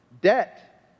debt